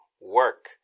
work